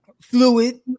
fluid